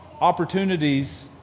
opportunities